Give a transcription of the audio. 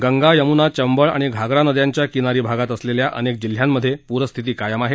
गंगा यमुना चंबळ आणि घागरा नद्यांच्या किनारी भागात असलेल्या अनेक जिल्ह्यांमध्ये पूरस्थिती कायम आहे